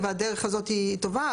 והדרך הזאת היא טובה.